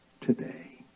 today